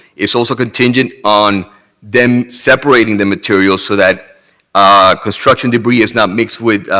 is also contingent on them separating the materials so that construction debris is not mixed with